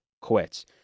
quits